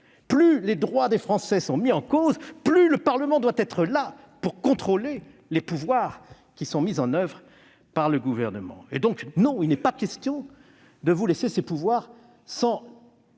Plus les droits des Français sont mis en cause, plus le Parlement doit être présent pour contrôler les pouvoirs qui sont mis en oeuvre par le Gouvernement. Donc non, il n'est pas question de vous laisser ces pouvoirs